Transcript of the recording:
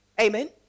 Amen